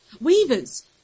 Weavers